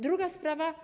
Druga sprawa.